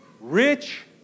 rich